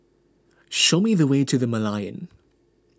show me the way to the Merlion